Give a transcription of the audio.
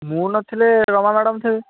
ମୁଁ ନ ଥିଲେ ରମା ମ୍ୟାଡ଼ମ୍ ଥିବେ